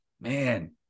Man